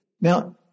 Now